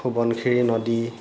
সোৱণশিৰি নদী